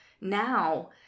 now